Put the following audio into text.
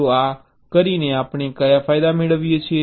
તો આ કરીને આપણે કયા ફાયદા મેળવીએ છીએ